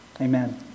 amen